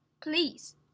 Please